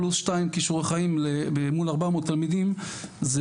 פלוס שתיים כישורי חיים מול 400 תלמידים זה